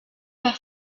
par